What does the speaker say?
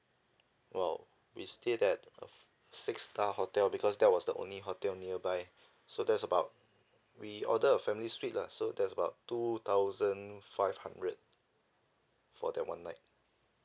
!wow! we stayed at a six star hotel because that was the only hotel nearby so that's about we order a family suite lah so that's about two thousand five hundred for that one night